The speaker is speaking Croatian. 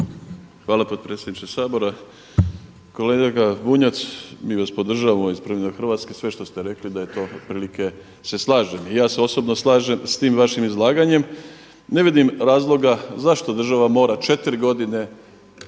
Hvala potpredsjedniče Sabora. Kolega Bunjac, mi vas podržavamo …/Govornik se ne razumije./… ste rekli da je to otprilike se slažem. I ja se osobno slažem s tim vašim izlaganjem. Ne vidim razloga zašto država mora četiri godine